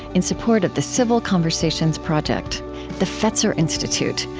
in support of the civil conversations project the fetzer institute,